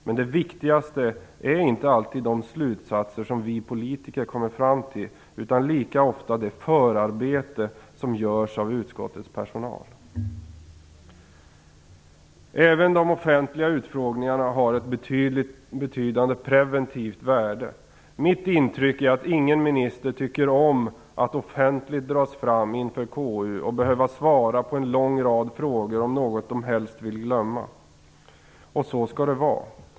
Men det viktigaste är inte alltid de slutsatser som vi politiker kommer fram till utan lika ofta det förarbete som görs av utskottets personal. Även de offentliga utfrågningarna har ett betydande preventivt värde. Mitt intryck är att ingen minister tycker om att offentligt dras fram inför KU och behöva svara på en lång rad frågor om något de helst vill glömma, och så skall det vara.